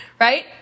Right